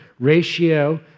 Ratio